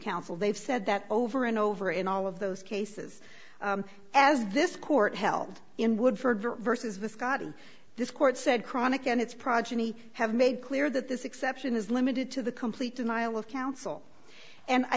counsel they've said that over and over in all of those cases as this court held in woodford versus the scottie this court said cronic and its progeny have made clear that this exception is limited to the complete denial of counsel and i